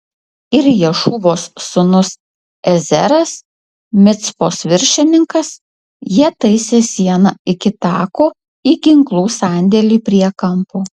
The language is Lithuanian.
ir ješūvos sūnus ezeras micpos viršininkas jie taisė sieną iki tako į ginklų sandėlį prie kampo